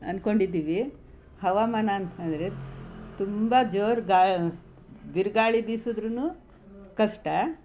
ಅಂದ್ಕೊಂಡಿದ್ದಿವಿ ಹವಾಮಾನ ಅಂತಂದರೆ ತುಂಬ ಜೋರು ಗಾ ಬಿರುಗಾಳಿ ಬೀಸಿದ್ರೂ ಕಷ್ಟ